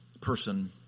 person